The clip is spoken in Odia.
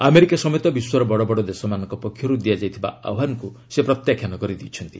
ଆମେରିକା ସମେତ ବିଶ୍ୱର ବଡ଼ବଡ଼ ଦେଶମାନଙ୍କ ପକ୍ଷରୁ ଦିଆଯାଇଥିବା ଆହ୍ୱାନକୁ ସେ ପ୍ରତ୍ୟାଖ୍ୟାନ କରିଦେଇଛନ୍ତି